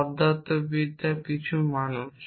শব্দার্থবিদ্যা কিছু মানুষ